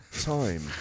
time